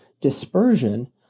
dispersion